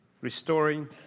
restoring